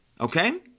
okay